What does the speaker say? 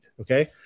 Okay